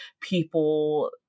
people